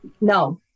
No